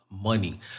Money